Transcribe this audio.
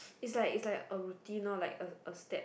it's like it's like a routine lor like a a step